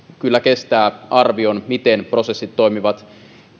kyllä kestää arvion miten prosessit toimivat